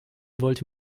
wollte